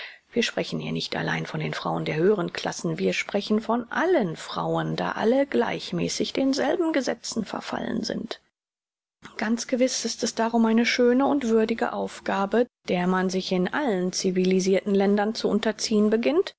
wir sprechen hier nicht allein von den frauen der höheren klassen wir sprechen von allen frauen da alle gleichmäßig denselben gesetzen verfallen sind ganz gewiß ist es darum eine schöne und würdige aufgabe der man sich in allen civilisirten ländern zu unterziehen beginnt